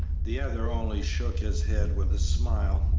the other only shook his head with a smile.